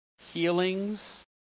healings